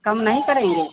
कम नहीं करेंगे